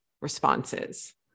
responses